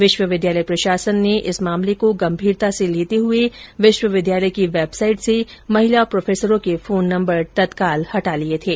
विश्वविद्यालय प्रशासन ने इस मामले को गंभीरता से लेते हुए विश्वविद्यालय की वेबसाईट से महिला प्रोफेसरों के फोन नम्बर तत्काल हटा लिये थे